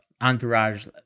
entourage